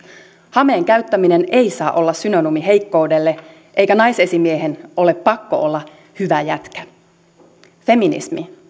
hameen käyttäminen ei saa olla synonyymi heikkoudelle eikä naisesimiehen ole pakko olla hyvä jätkä feminismi